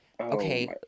okay